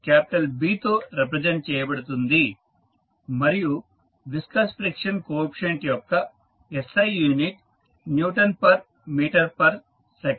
capital B తో represent చేయబడుతుంది మరియు విస్కస్ ఫ్రిక్షన్ కోఎఫీసియంట్ యొక్క SI unit newton per metre per second